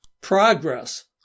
Progress